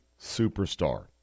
superstar